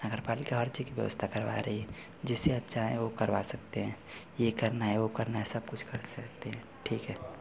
नगर पालिका हर चीज़ की व्यवस्था करवा रही है जिसे आप चाहे वह करवा सकते हैं यह करना है वह करना है सब कुछ कर सकते हैं ठीक है